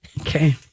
Okay